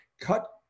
cut